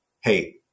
hey